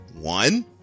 One